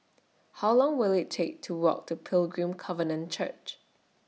How Long Will IT Take to Walk to Pilgrim Covenant Church